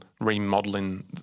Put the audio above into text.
remodeling